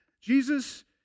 Jesus